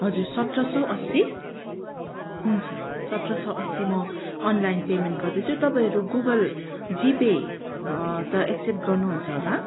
हजुर सत्र सय अस्सी हुन्छ सत्र सय अस्सी म अनलाइन पेमेन्ट गर्दैछु तपाईँहरू गुगल जिपे त एक्सेप्ट गर्नुहुन्छ होला